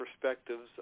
perspectives